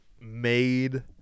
made